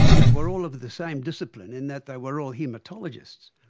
they were all of the same discipline in that they were all haematologists.